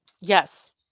yes